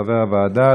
כחבר הוועדה,